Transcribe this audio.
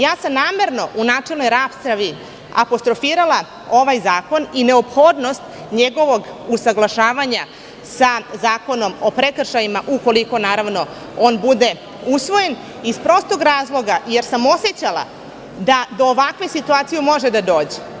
Namerno sam u načelnoj raspravi apostrofirala ovaj zakon i neophodnost njegovog usaglašavanja sa Zakonom o prekršajima, ukoliko on bude usvojen, iz prostog razloga, jer sam osećala da do ovakve situacije može doći.